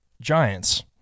giants